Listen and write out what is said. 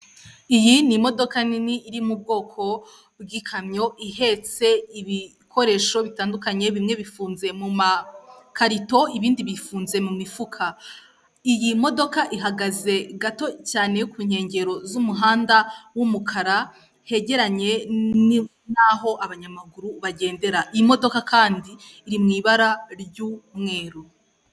Iyi ni imodoka nini iri mu bwoko bw'ikamyo ihetse ibikoresho bitandukanye bimwe bifunze mu makarito ibindi bifunze mu mifuka, iyi modoka ihagaze gato cyane ku nkengero z'umuhanda w'umukara hegeranye n'aho abanyamaguru bagendera, imodoka kandi iri mu ibara ry'umweru.